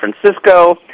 Francisco